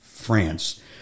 France